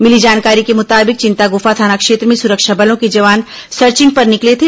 मिली जानकारी के मुताबिक चिंतागुफा थाना क्षेत्र में सुरक्षा बलों के जवान सर्चिंग पर निकले थे